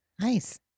Nice